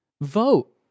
vote